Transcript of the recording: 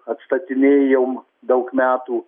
atstatinėjom daug metų